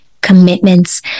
commitments